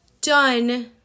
done